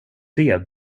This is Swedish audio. det